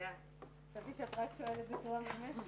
היא כמובן לפתוח כמה שיותר